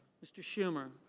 mr. schumer.